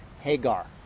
Hagar